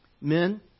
Men